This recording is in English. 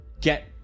get